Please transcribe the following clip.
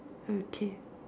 okay